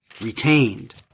retained